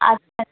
আচ্ছা